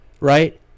right